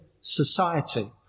society